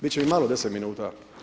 Bit će mi malo 10 minuta.